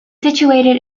situated